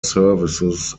services